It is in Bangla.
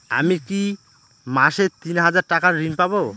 আমি কি মাসে তিন হাজার টাকার ঋণ পাবো?